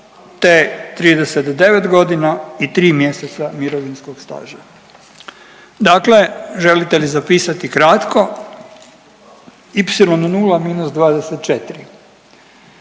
te 39 godina i 3 mjeseca mirovinskog staža. Dakle, želite li zapisati kratko y0-24,